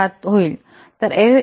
07 होईल